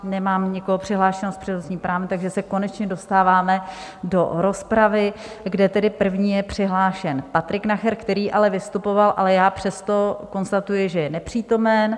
Nemám nikoho přihlášeného s přednostním právem, takže se konečně dostáváme do rozpravy, kde tedy první je přihlášen Patrik Nacher, který ale vystupoval, ale já přesto konstatuji, že je nepřítomen.